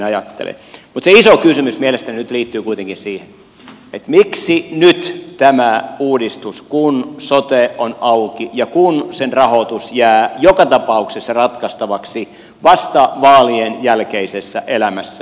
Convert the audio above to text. mutta se iso kysymys mielestäni nyt liittyy kuitenkin siihen miksi tehdään nyt tämä uudistus kun sote on auki ja kun sen rahoitus jää joka tapauksessa ratkaistavaksi vasta vaalien jälkeisessä elämässä